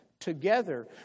Together